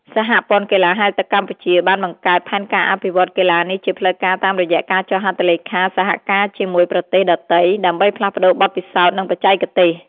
សហព័ន្ធកីឡាហែលទឹកកម្ពុជា បានបង្កើតផែនការអភិវឌ្ឍកីឡានេះជាផ្លូវការតាមរយៈការចុះហត្ថលេខាសហការជាមួយប្រទេសដទៃ ដើម្បីផ្លាស់ប្តូរបទពិសោធន៍ និងបច្ចេកទេស។